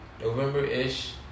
November-ish